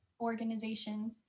organization